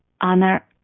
honor